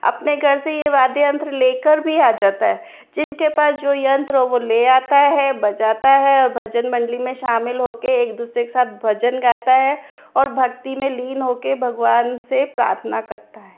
अपने घर से ये वाद्य यंत्र लेकर भी आ जाता है जिनके पास जो यंत्र हो वो ले आता है बजाता है और भजन मंडली में शामिल होकर एक दूसरे के साथ भजन गाता है और भक्ति में लीन होकर भगवान से प्रार्थना करता है